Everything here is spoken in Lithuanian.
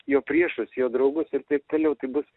jo priešus jo draugų ir taip toliau tai bus